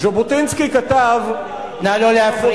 ז'בוטינסקי כתב, מי אתה?